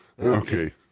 Okay